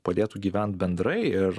padėtų gyvent bendrai ir